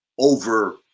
over